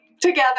together